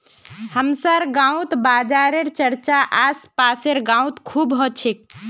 हमसार गांउत बाजारेर चर्चा आस पासेर गाउत खूब ह छेक